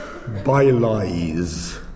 by-lies